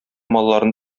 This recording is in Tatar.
малларын